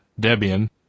Debian